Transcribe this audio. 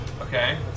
Okay